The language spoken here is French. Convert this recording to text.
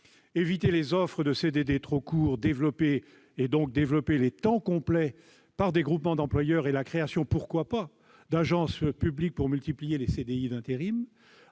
éviter les offres de CDD trop courts, donc développer les temps complets par des groupements d'employeurs et la création- pourquoi pas ? -d'agences publiques, pour multiplier les CDI d'intérim ;